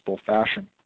fashion